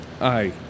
Aye